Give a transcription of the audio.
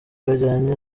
byajyanye